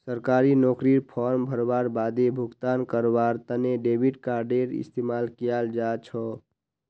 सरकारी नौकरीर फॉर्म भरवार बादे भुगतान करवार तने डेबिट कार्डडेर इस्तेमाल कियाल जा छ